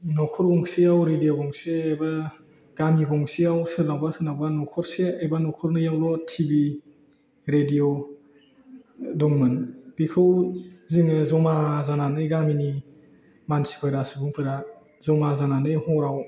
न'खर गंसेयाव रेडिय' गंसे एबा गामि गंसेयाव सोरनावबा सोरनावबा न'खरसे एबा न'खरनैयावल' टिभि रेडिय' दंमोन बेखौ जोङो जमा जानानै गामिनि मानसिफोरा सुबुंफोरा जमा जानानै हराव